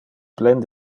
plen